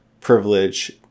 privilege